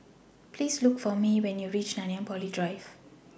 Please Look For Mae when YOU REACH Nanyang Poly Drive